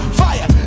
fire